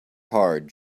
hard